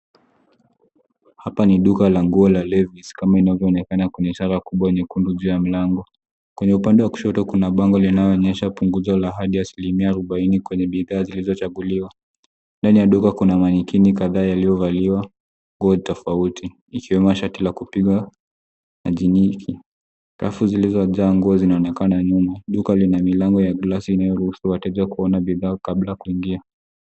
Hapa ni duka kubwa la nguo, lenye mlango wa kioo unaoonekana kama lango kuu la kuingia. Upande wa kushoto, kuna bango linaloonyesha punguzo la hadi asilimia arobaini kwa bidhaa zilizochaguliwa. Ndani ya duka, kuna manekini kadhaa yakiwa yamevalishwa mavazi ya kuvutia. Pia kuna mashati yaliyopangwa vizuri, huku nguo nyingine zikionekana nyuma kwenye mabega ya wazinzi. Duka lina milango ya kioo na eneo la mapokezi la kisasa, ambapo wateja wanakaribishwa kabla ya kuingia.